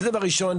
זה דבר ראשון.